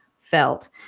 felt